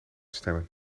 stemmen